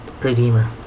Redeemer